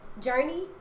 journey